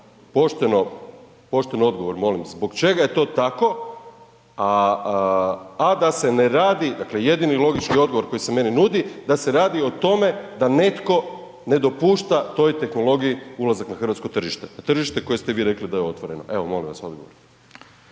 pošten odgovor molim, zbog čega je to tako a da se ne radi, dakle jedini logički odgovor koji se meni nudi da se radi o tome da netko ne dopušta toj tehnologiji ulazak na hrvatsko tržište, tržište koje ste vi rekli da je otvoreno? Evo, molim vas odgovor.